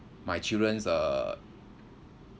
my children uh